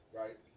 right